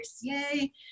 yay